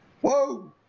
Whoa